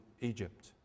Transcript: Egypt